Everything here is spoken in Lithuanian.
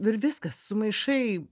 ir viskas sumaišai